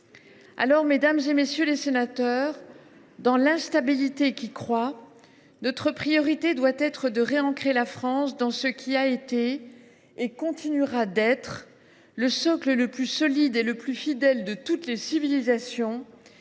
Alors, mesdames, messieurs les sénateurs, face à cette instabilité qui croît, notre priorité doit être de réancrer la France dans ce qui a été et continuera d’être le socle le plus solide et le plus fidèle de toutes les civilisations